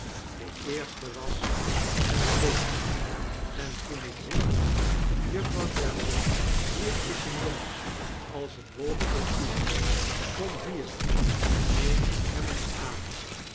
de eerste was en bleef en toen ik riep juffrouw drabble hier is een jongen als een wolk voor u kom hier en neem hem eens aan